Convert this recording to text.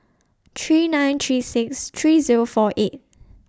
three nine three six three Zero four eight